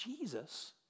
Jesus